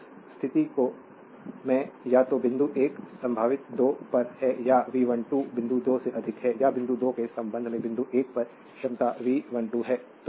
तो इस स्थिति में या तो बिंदु 1 संभावित 2 पर है या V12 वोल्ट बिंदु 2 से अधिक है या बिंदु 2 के संबंध में बिंदु 1 पर क्षमता V12 है